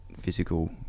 physical